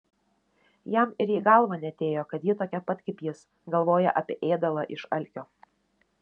jam ir į galvą neatėjo kad ji tokia pat kaip jis galvoja apie ėdalą iš alkio